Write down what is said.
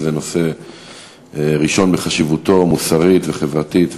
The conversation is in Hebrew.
זה נושא ראשון בחשיבותו, מוסרית וחברתית.